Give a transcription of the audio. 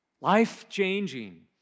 life-changing